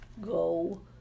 Go